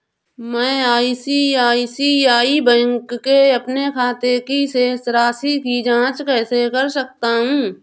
मैं ICICI bank के अपने खाते की शेष राशि की जाँच कैसे कर सकता हूँ?